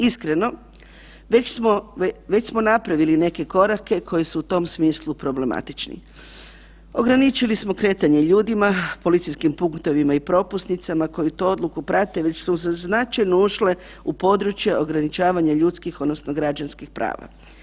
Iskreno, već smo napravili neke korake koji su u tom smislu problematični, ograničili smo kretanje ljudima policijskim punktovima i propusnicama koju tu odluku prate već su značajno ušle u područje ograničavanja ljudskih odnosno građanskih prava.